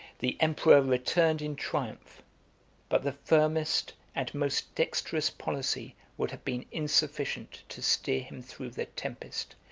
the emperor returned in triumph but the firmest and most dexterous policy would have been insufficient to steer him through the tempest,